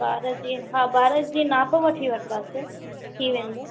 ॿार जी हा ॿार जी माप वठी वठंदासीं थी वेंदो